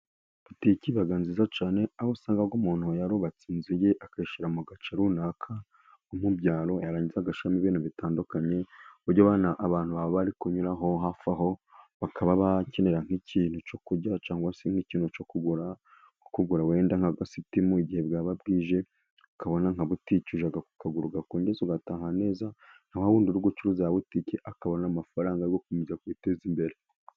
Botiki ibaga nziza cyane aho usanga umuntu yarubatse inzu ye akayishyira mu gace runaka, nko mubyaro yarangiza agashyiramo ibintu bitandukanye. Abantu baba bari kunyura aho hafi aho, bakaba bakenera nk'ikintu cyo kurya cyangwa se nk'ikintu cyo kugura, wenda nk'agasitimu mu gihe bwaba bwije, ukabona nka butike ujya kukagura ugakongeza ugataha neza, na wa wundi uri gucuruza butike akabona amafaranga yo gukomeza kwiteza imbere.